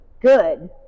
good